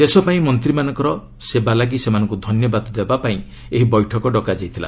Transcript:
ଦେଶ ପାଇଁ ମନ୍ତ୍ରୀମାନଙ୍କର ସେବା ଲାଗି ସେମାନଙ୍କୁ ଧନ୍ୟବାଦ ଦେବା ପାଇଁ ଏହି ବୈଠକ ଡକାଯାଇଥିଲା